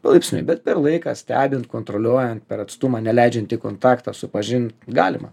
palaipsniui bet per laiką stebint kontroliuojant per atstumą neleidžiant į kontaktą supažindint galima